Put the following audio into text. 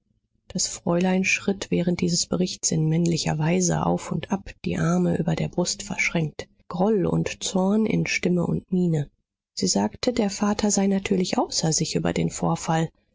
das fräulein schritt während dieses berichts in männlicher weise auf und ab die arme über der brust verschränkt groll und zorn in stimme und miene sie sagte der vater sei natürlich außer sich über den vorfall